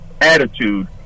attitude